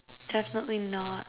definitely not